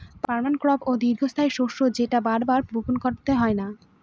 permanent crop বা দীর্ঘস্থায়ী শস্য যেটা বার বার বপন করতে হয় না